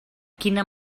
quina